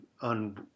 on